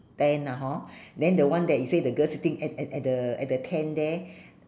ten ah hor then the one that you say the girl sitting at at at the at the tent there